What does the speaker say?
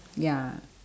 ya